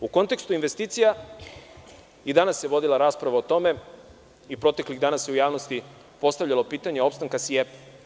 U kontekstu investicija i danas se vodila rasprava o tome, i proteklih dana se u javnosti postavljalo pitanje opstanka SIEPA.